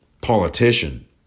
politician